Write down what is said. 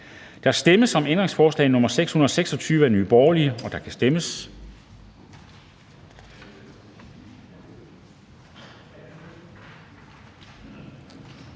Der stemmes om ændringsforslag nr. 698 af DF, og der kan stemmes.